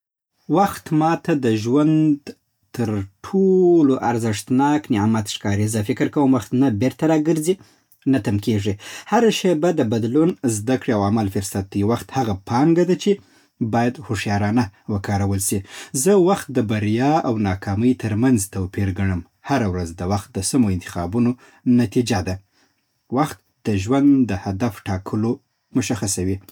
وخت ماته د ژوند تر ټولو ارزښتناک نعمت ښکاري. زه فکر کوم وخت نه بېرته راګرځي، نه تم کېږي. هره شېبه د بدلون، زده‌کړې او عمل فرصت دی. وخت هغه پانګه ده چې باید هوښیارانه وکارول سي. زه وخت د بریا او ناکامۍ ترمنځ توپیر ګڼم. هره ورځ د وخت د سمو انتخابونو نتیجه ده. وخت د ژوند د هدف ټاکلو لوری مشخصوي.